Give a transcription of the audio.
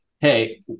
Hey